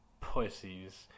pussies